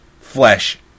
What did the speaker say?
flesh